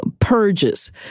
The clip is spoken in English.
purges